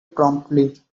promptly